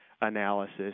analysis